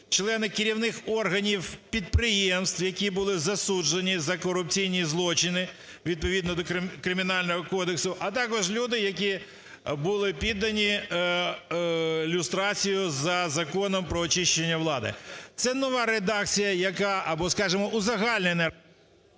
члени керівних органів підприємств, які були засуджені за корупційні злочини відповідно до Кримінального кодексу, а також люди, які були піддані люстрації за Законом "Про очищення влади". Це нова редакція, яка або, скажемо, узагальнене…